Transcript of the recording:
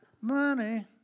Money